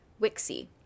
Wixie